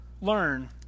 learn